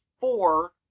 four